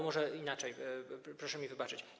Może inaczej, proszę mi wybaczyć.